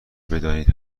بدانید